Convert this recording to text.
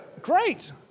great